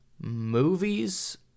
movies